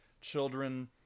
children